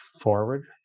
forward